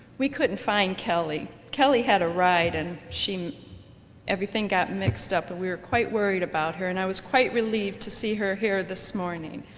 we couldn't find kelly, kelly had a ride and she everything got mixed up and we were quite worried about her and i was quite relieved to see her here this morning